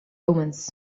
omens